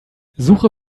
suche